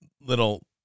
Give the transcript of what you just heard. little